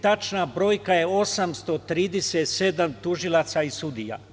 Tačna brojka je 837 tužilaca i sudija.